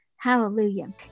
Hallelujah